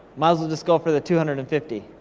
might as well just go for the two hundred and fifty.